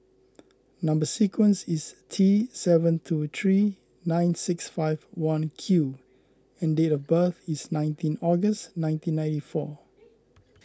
Number Sequence is T seven two three nine six five one Q and date of birth is nineteen August nineteen ninety four